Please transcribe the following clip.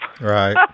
Right